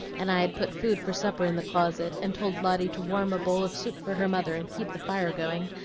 and i'd put food for supper in the closet, and told lotty to warm a bowl of soup for her mother and keep the fire going,